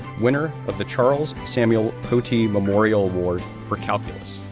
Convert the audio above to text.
winner of the charles samuel potee memorial award for calculus,